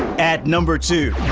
at number two.